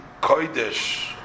Kodesh